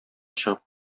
чыгып